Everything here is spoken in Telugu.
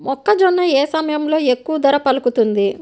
మొక్కజొన్న ఏ సమయంలో ఎక్కువ ధర పలుకుతుంది?